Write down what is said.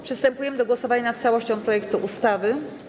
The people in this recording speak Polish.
Przystępujemy do głosowania nad całością projektu ustawy.